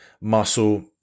muscle